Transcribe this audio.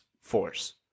force